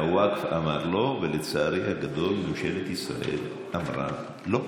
והווקף אמר לא, ולצערי הגדול ממשלת ישראל אמרה לא.